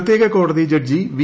പ്രത്യേക കോടതി judge V